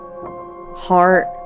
Heart